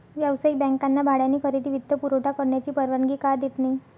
व्यावसायिक बँकांना भाड्याने खरेदी वित्तपुरवठा करण्याची परवानगी का देत नाही